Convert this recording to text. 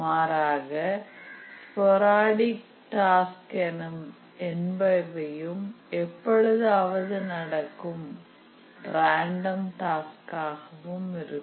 மாறாக sporadic task என்பவையும் எப்பொழுதாவது நடக்கும் ராண்டம் டாஸ்க் ஆக இருக்கும்